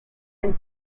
and